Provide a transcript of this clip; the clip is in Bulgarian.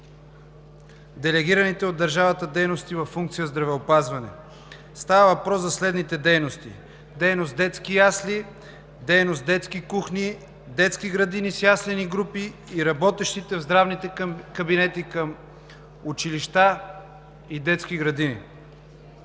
делегираните от държавата дейности във функция „Здравеопазване“. Става въпрос за следните дейности: дейност „детски ясли“, дейност „детски кухни“, „детски градини с яслени групи“ и работещите в здравните кабинети към училища и детски градини.